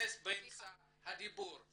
להכנס באמצע הדיבור.